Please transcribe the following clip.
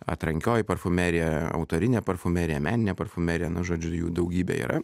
atrankioji parfumerija autorinė parfumerija meninė parfumerija nu žodžiu jų daugybė yra